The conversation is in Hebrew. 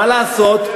מה לעשות,